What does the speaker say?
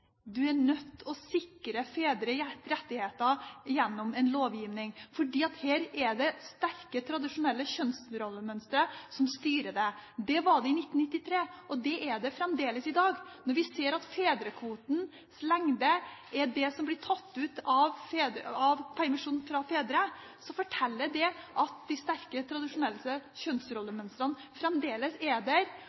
er at man er nødt til å sikre fedre rettigheter gjennom lovgivning, fordi her er det sterke, tradisjonelle kjønnsrollemønstre som styrer dette. Det var det i 1993, og slik er det fremdeles i dag. Når vi ser at fedrekvotens lengde er det som fedre tar ut i permisjon, forteller det at de sterke tradisjonelle kjønnsrollemønstrene fremdeles er der.